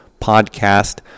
podcast